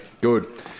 good